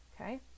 okay